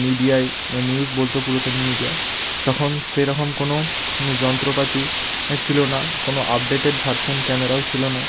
মিডিয়ায় ও নিউজ বলত পুরাতন মিডিয়া তখন সেরকম কোনো যন্ত্রপাতি ছিলো না কোনো আপডেটেড ভার্সান ক্যামেরাও ছিলো না